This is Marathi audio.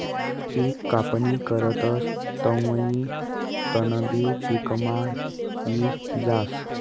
पिक कापणी करतस तवंय तणबी पिकमा यी जास